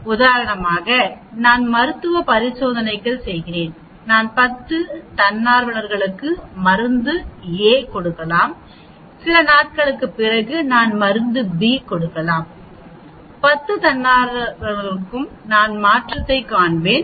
உதாரணமாக நான் மருத்துவ பரிசோதனைகள் செய்கிறேன் நான் 10 தன்னார்வலர்களுக்கு மருந்து A கொடுக்கலாம் சில நாட்களுக்குப் பிறகு நான் மருந்து B கொடுக்கலாம் 10 தன்னார்வலர்களுக்கும் நான் மாற்றத்தைக் காண்பேன்